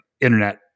internet